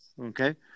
okay